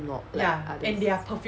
not the others